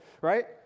Right